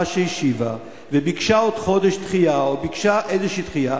שהשיבה וביקשה עוד חודש דחייה או ביקשה איזו דחייה,